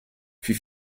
fut